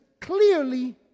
clearly